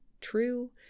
true